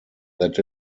that